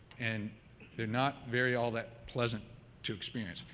and they are not very all that pleasant to experience.